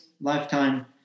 lifetime